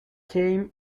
came